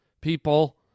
people